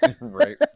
right